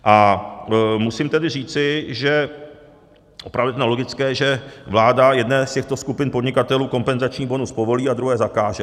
A musím tedy říci, že, opravdu je to nelogické, že vláda jedné z těchto skupin podnikatelů kompenzační bonus povolí a druhé zakáže.